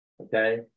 Okay